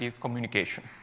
communication